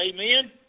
amen